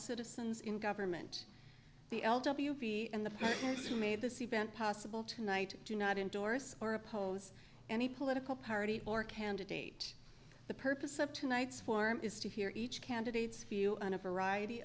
citizens in government the l w p and the kids who made this event possible tonight do not endorse or oppose any political party or candidate the purpose of tonight's forum is to hear each candidate's few on a variety